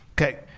Okay